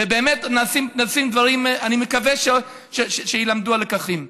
באמת, נעשים דברים, אני מקווה שיילמדו הלקחים.